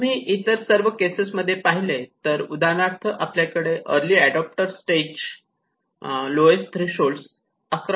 तुम्ही इतर सर्व केसेस मध्ये पाहिले तर उदाहरणार्थ आपल्याकडे early adopter stage lowest threshold 11